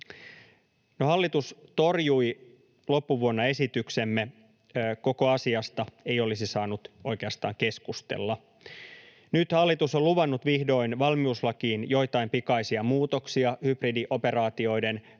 hallitus torjui loppuvuonna esityksemme — koko asiasta ei olisi saanut oikeastaan keskustella. Nyt hallitus on luvannut vihdoin valmiuslakiin joitain pikaisia muutoksia hybridioperaatioiden varalta.